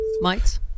mites